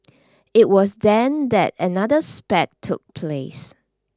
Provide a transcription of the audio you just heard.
it was then that another spat took place